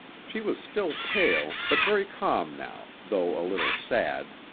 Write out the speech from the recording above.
she was still pale, but very calm now, though a little sad.